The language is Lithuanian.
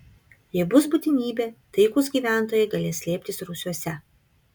jei bus būtinybė taikūs gyventojai galės slėptis rūsiuose